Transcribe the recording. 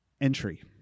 entry